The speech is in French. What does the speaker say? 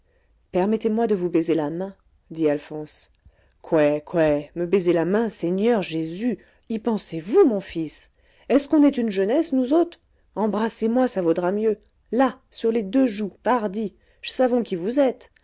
permettez-moi de vous baiser la main dit alphonse quoè quoè me baiser la main seigneur jésus y pensez-vous mon fils est-ce qu'on est une jeunesse nous aut'es embrassez-moi ça vaudra mieux là sur les deux joues pardi j'savons qui vous êtes